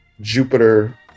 Jupiter